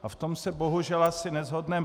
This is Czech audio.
A v tom se, bohužel, asi neshodneme.